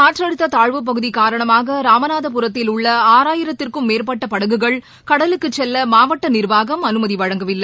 காற்றழுத்த தாழ்வுப்பகுதி காரணமாக ராமநாதபுரத்தில் உள்ள ஆறாயிரத்திற்கும் மேற்பட்ட படகுகள் கடலுக்குச் செல்ல மாவட்ட நிர்வாகம் அனுமதி வழங்கவில்லை